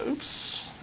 oops.